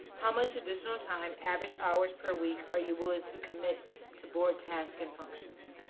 how much additional time, average hours per week, are you willing to commit to board tasks and functions?